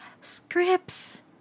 scripts